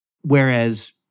Whereas